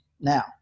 now